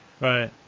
Right